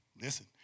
Listen